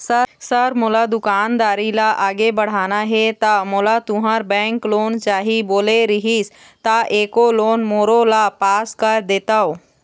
Sir मोर दुकानदारी ला आगे बढ़ाना हे ता मोला तुंहर बैंक लोन चाही बोले रीहिस ता एको लोन मोरोला पास कर देतव?